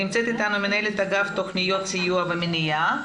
נמצאת איתנו מנהלת אגף תכניות סיוע ומניעה,